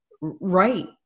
right